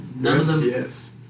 Yes